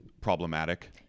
problematic